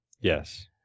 Yes